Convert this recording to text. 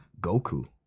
Goku